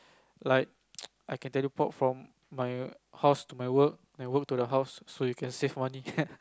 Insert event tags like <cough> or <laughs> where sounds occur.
like <noise> I can teleport from my house to my work my work to the house so you can save money <laughs>